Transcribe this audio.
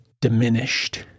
diminished